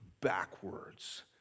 backwards